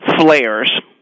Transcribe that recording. flares